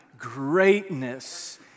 Greatness